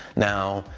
now,